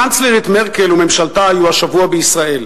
הקנצלרית מרקל וממשלתה היו השבוע בישראל.